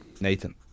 Nathan